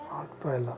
ಆಗ್ತಾಯಿಲ್ಲ